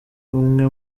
umwe